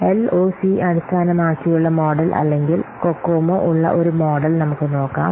LOC അടിസ്ഥാനമാക്കിയുള്ള model അല്ലെങ്കിൽ COCOMO ഉള്ള ഒരു മോഡൽ നമുക്ക് നോക്കാം